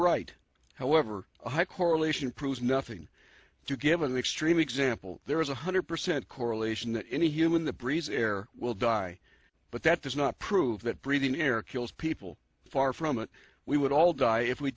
right however a high correlation proves nothing to give an extreme example there is one hundred percent correlation that any human the breeze air will die but that does not prove that breathing air kills people far from it we would all die if we